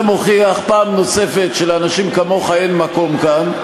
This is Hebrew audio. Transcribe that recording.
זה מוכיח פעם נוספת שלאנשים כמוך אין מקום כאן.